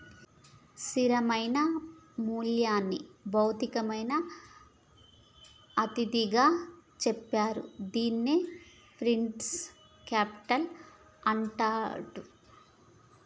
స్థిరమైన మూల్యంని భౌతికమైన అతిథిగా చెప్తారు, దీన్నే ఫిక్స్డ్ కేపిటల్ అంటాండ్రు